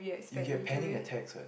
you get panic attacks what